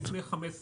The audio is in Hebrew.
לפני 15 שנה.